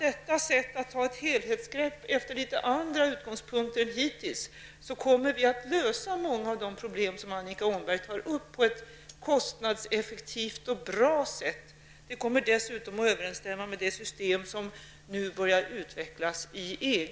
Vi tror att vi på ett kostnadseffektivt och bra sätt kommer att lösa många av de problem som Annika Åhnberg tar upp genom att ta ett helhetsgrepp med litet andra utgångspunkter än hittills. Det kommer dessutom att överensstämma med det system som nu börjar utvecklas i EG.